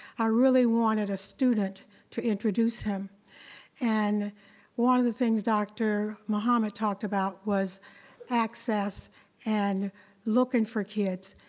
i really wanted a student to introduce him and one of the things dr. mohammed talked about was access and looking for kids.